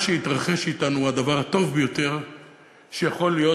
מה שיתרחש אתנו הוא הדבר הטוב ביותר שיכול להיות,